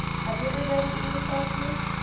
have you ever been to either place, luke?